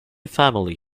family